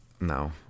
No